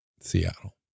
Seattle